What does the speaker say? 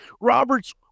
Robert's